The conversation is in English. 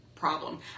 problem